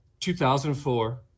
2004